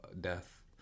death